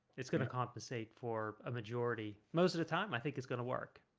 it's gonna compensate for a majority most of the time i think it's gonna work